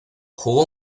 jugó